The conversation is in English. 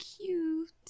cute